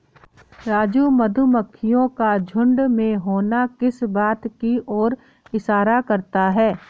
राजू मधुमक्खियों का झुंड में होना किस बात की ओर इशारा करता है?